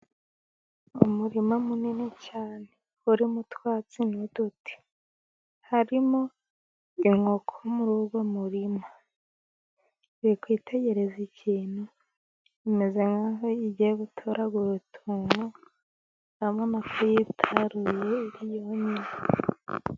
Umurima munini cyane urimo utwatsi n' uduti harimo inkoko muri uwo murimo iri kwitegereza ikintu imeze nkaho igiye gutoragura utuntu, hamwe amafi yitaruye yonyine.